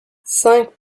cinq